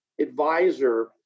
advisor